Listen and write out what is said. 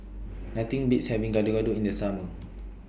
Nothing Beats having Gado Gado in The Summer